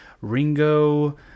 Ringo